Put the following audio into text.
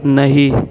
नहीं